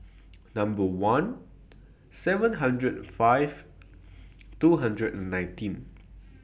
Number one seven hundred five two hundred and nineteen